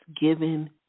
given